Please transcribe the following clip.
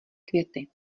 květy